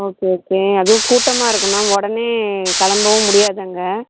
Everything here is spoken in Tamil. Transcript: ஓகே ஓகே அதுவும் கூட்டமாக இருக்கும் மேம் உடனே கிளம்பவும் முடியாது அங்கே